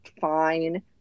fine